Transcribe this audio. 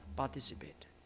participate